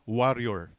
warrior